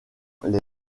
les